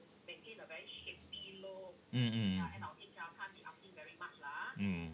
mm mm mm